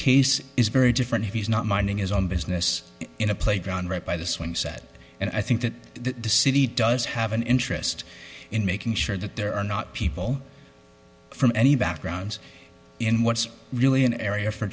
case is very different if he's not minding his own business in a playground right by the swing set and i think that the city does have an interest in making sure that there are not people from any backgrounds in what's really an area for